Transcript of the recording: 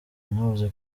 yanavuze